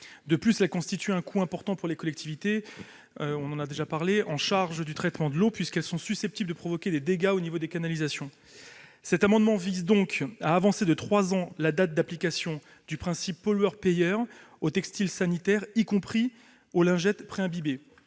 représentent un coût important pour les collectivités chargées du traitement de l'eau, puisqu'elles sont susceptibles de provoquer des dégâts aux canalisations. Cet amendement vise donc à avancer de trois ans la date d'application du principe pollueur-payeur aux textiles sanitaires, y compris aux lingettes pré-imbibées.